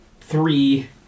three